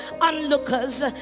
onlookers